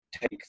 take